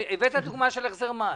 הבעיה בהחזר מס?